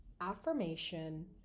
affirmation